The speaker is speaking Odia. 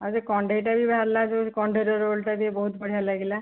ଆଉ ସେ କଣ୍ଡେଇଟା ବି ବାହାରିଲା କଣ୍ଡେଇର ରୋଲ୍ଟା ବି ବହୁତ ବଢ଼ିଆ ଲାଗିଲା